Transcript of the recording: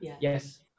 yes